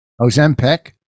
Ozempic